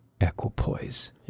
equipoise